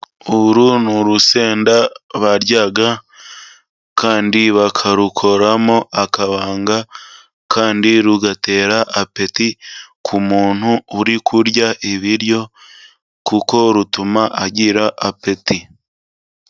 Uru ni urusenda barya kandi bakarukoramo akabanga, kandi rugatera apeti ku muntu uri kurya ibiryo kuko rutuma agira apeti.